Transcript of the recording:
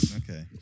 okay